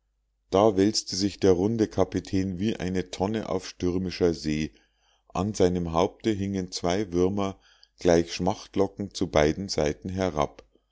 da wälzte sich der runde kapitän wie eine tonne auf stürmischer see an seinem haupte hingen zwei würmer gleich schmachtlocken zu beiden seiten herab